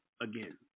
again